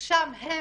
ששם הם